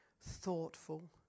thoughtful